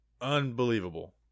unbelievable